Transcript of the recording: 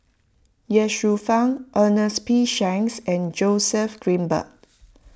Ye Shufang Ernest P Shanks and Joseph Grimberg